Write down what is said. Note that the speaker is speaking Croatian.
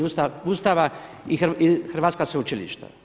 Ustava i hrvatska sveučilišta.